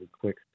quick